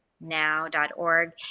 now.org